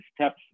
steps